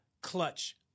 clutch